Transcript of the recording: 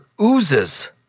oozes